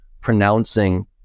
pronouncing